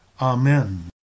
Amen